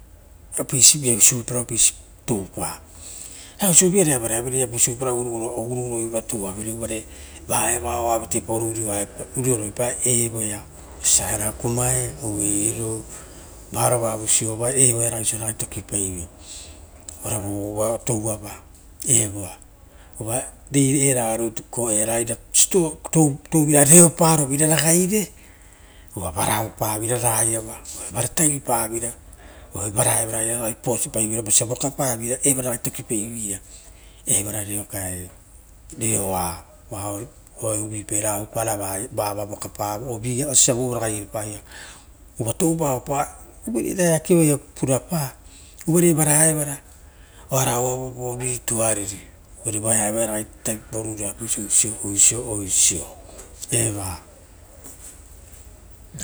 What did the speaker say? Apeisi viapasora apeisi toupa, viapauso ovuiare avaravere, viapauso o ruguruguroi va touavere oa vateparo urua epa evoia oisosa era kovae, vavo vavoisiova evoea osia ragai tokipaive. Ora vo uva touava ova enai ira touvira reoparuveira ragaire uva vara oupavera raiava, ratavipaveira varaiava va vara evara ora ragai tavipaivei ra vosia vokapa, evara kekepaiveira, evan reoa oa uvuipaira va oua, vava voka pavopae vo uva toupa na eakevai purapa, uvare evana evona oara ouava vo tuariri evoia evoia ragai tavipaoro uroaepa osio, oiso eva.